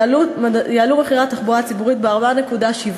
יעלו מחירי התחבורה הציבורית ב-4.7%.